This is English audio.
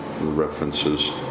references